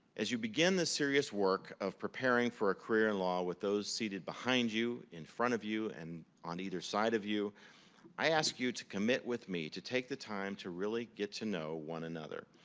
as you begin this serious work of preparing for a career in law with those seated behind you, in front of you, and on either side of you i ask you to commit with me to take the time to really get to know one another.